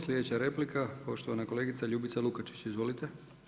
Sljedeća replika poštovana kolegica Ljubica Lukačić, izvolite.